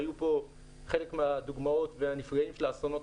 והיו פה חלק מהדוגמאות והנפגעים של האסונות